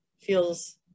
feels